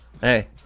hey